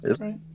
right